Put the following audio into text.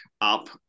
up